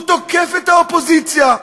הוא תוקף את האופוזיציה.